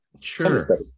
Sure